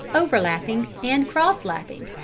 overlapping, and cross-lapping,